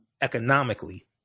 economically